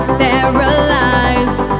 paralyzed